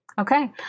Okay